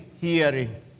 hearing